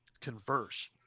converse